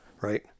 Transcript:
right